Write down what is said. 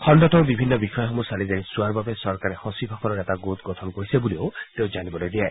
খণ্ডটোৰ বিভিন্ন বিষয়সমূহ চালি জাৰি চোৱাৰ বাবে চৰকাৰে সচিবসকলৰ এটা গোট গঠন কৰিছে বুলি তেওঁ জানিবলৈ দিয়ে